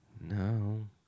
No